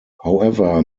however